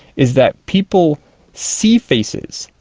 is that people see faces,